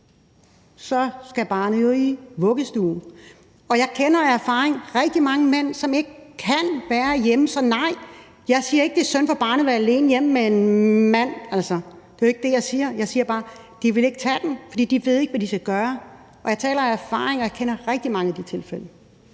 skal barnet jo i vuggestue. Og jeg kender af erfaring rigtig mange mænd, som ikke kan være hjemme. Men nej, jeg siger ikke, det er synd for barnet at være alene hjemme med en mand. Det er jo ikke det, jeg siger. Jeg siger bare: De vil ikke tage dem, for de ved ikke, hvad de skal gøre. Og jeg taler af erfaring. Jeg kender rigtig mange af de tilfælde.